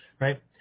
Right